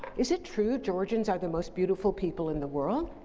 is it true georgians are the most beautiful people in the world?